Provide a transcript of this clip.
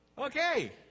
Okay